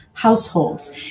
Households